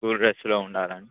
school డ్రెస్సులో ఉండాలని